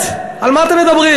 באמת, על מה אתם מדברים?